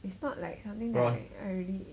it's not like something like I already